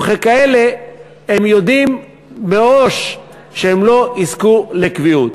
וככאלה הם יודעים מראש שהם לא יזכו לקביעות.